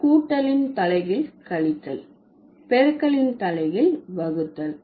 கூட்டலின் தலைகீழ் கழித்தல் பெருக்கலின் தலைகீழ் வகுத்தல்